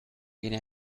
guinea